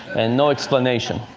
and no explanation.